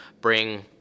bring